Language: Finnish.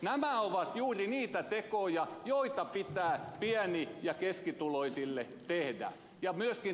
nämä ovat juuri niitä tekoja joita pitää pieni ja keskituloisille tehdä